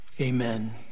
amen